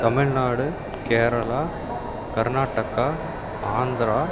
Tamil Nadu Kerala Karnataka Andhra